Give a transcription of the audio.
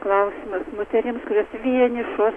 klausimas moterims kurios vienišos